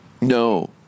No